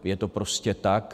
Je to prostě tak.